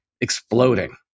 exploding